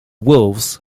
wolves